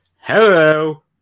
Hello